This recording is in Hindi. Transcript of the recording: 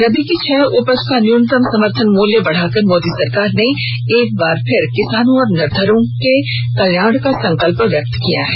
रबी की छह उपज का न्यूनतम समर्थन मूल्य बढ़ाकर मोदी सरकार ने एक बार फिर किसानों और निर्धनों के कल्याण का संकल्प व्यक्त किया है